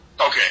Okay